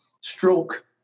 stroke